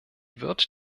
wird